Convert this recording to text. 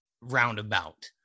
roundabout